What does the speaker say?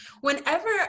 whenever